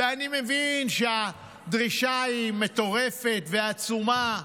אני מבין שהדרישה היא מטורפת ועצומה,